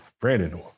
Brandon